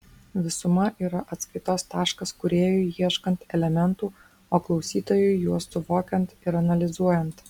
visuma yra atskaitos taškas kūrėjui ieškant elementų o klausytojui juos suvokiant ir analizuojant